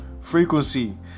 frequency